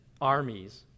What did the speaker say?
armies